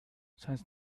since